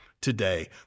today